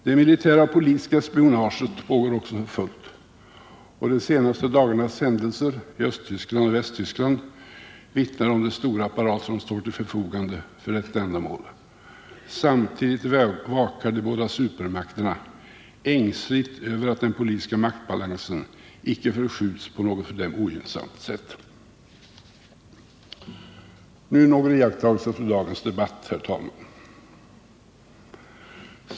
Det militära och politiska spionaget pågår också för fullt, och de senaste dagarnas händelser i Östtyskland och Västtyskland vittnar om den stora apparat som står till förfogande för detta ändamål. Samtidigt vakar de båda supermakterna ängsligt över att den politiska maktbalansen icke förskjuts på något för dem ogynnsamt sätt. Nu några iakttagelser från dagens debatt, herr talman.